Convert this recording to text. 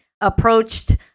approached –